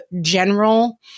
general